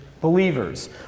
believers